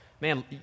man